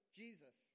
jesus